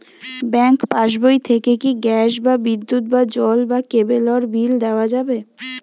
Bank পাশবই থেকে কি গ্যাস বা বিদ্যুৎ বা জল বা কেবেলর বিল দেওয়া যাবে?